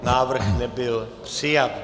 Návrh nebyl přijat.